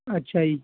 ਅੱਛਾ ਜੀ